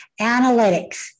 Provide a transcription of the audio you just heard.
analytics